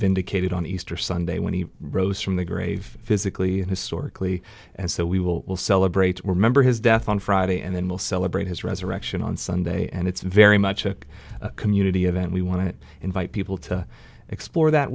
vindicated on easter sunday when he rose from the grave physically and historically and so we will celebrate remember his death on friday and then we'll celebrate his resurrection on sunday and it's very much a community event we want to invite people to explore that